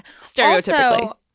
Stereotypically